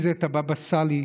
אם זה הבבא סאלי,